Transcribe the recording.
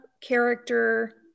character